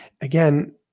again